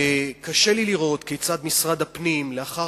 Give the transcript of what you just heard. וקשה לי לראות כיצד משרד הפנים לאחר